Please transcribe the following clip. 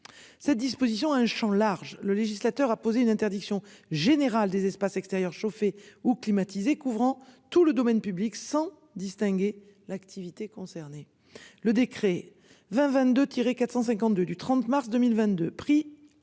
Cette disposition un Champ large le législateur a posé une interdiction générale des espaces extérieurs chauffés ou climatisés couvrant tout le domaine public sans distinguer l'activité concernée. Le décret 20 22 tiré 452 du 30 mars 2022 pris